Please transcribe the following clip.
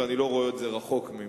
ואני לא רואה את זה רחוק ממך.